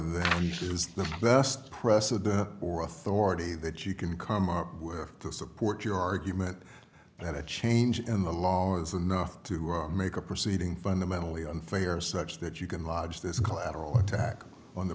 that this is the best precedent or authority that you can come up with to support your argument that a change in the law is enough to make a proceeding fundamentally unfair such that you can lodge this collateral attack on the